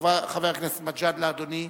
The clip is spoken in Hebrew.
חבר הכנסת מג'אדלה, אדוני,